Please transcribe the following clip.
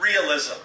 realism